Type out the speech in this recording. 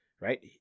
right